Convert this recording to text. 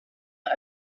are